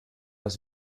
das